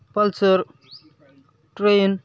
pulsar train